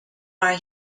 are